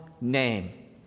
name